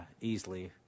easily